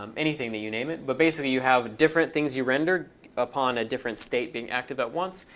um anything that you name it. but, basically, you have different things you render upon a different state being active at once.